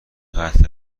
قطع